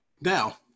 Now